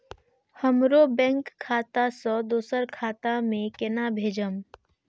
हमरो बैंक खाता से दुसरा खाता में केना भेजम?